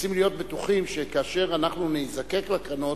רוצים להיות בטוחים שכאשר אנחנו ניזקק לקרנות,